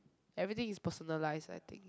everything is personalised I think